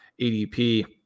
ADP